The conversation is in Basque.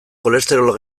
kolesterol